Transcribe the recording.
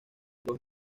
dos